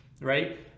right